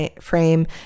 frame